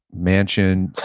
mansions,